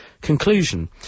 conclusion